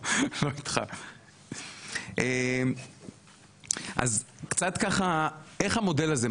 אז קצת איך המודל הזה?